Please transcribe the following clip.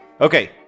Okay